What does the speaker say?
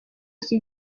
iki